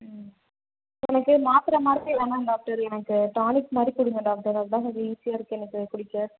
ம் எனக்கு மாத்தரை மாதிரி வேணாம் டாக்டர் எனக்கு டானிக் மாதிரி கொடுங்க டாக்டர் அதான் கொஞ்சம் ஈஸியாக இருக்கு எனக்கு குடிக்க